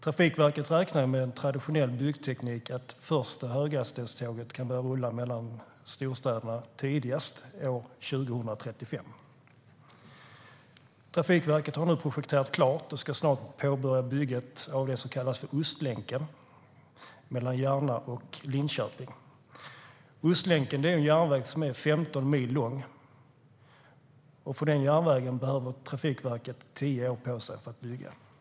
Trafikverket räknar med att det första höghastighetståget med en traditionell byggteknik kan börja rulla mellan storstäderna tidigast år 2035. Trafikverket har nu projekterat klart och ska snart påbörja bygget av det som kallas för Ostlänken mellan Järna och Linköping. Ostlänken är en järnväg som är 15 mil lång. Trafikverket behöver tio år på sig för att bygga den järnvägen.